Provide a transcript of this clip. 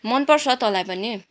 मनपर्छ तँलाई पनि